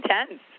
intense